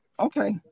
Okay